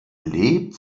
lebt